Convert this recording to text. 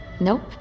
Nope